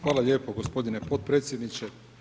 Hvala lijepo gospodine potpredsjedniče.